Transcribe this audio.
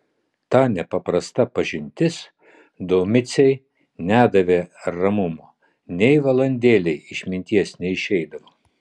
ta nepaprasta pažintis domicei nedavė ramumo nei valandėlei iš minties neišeidavo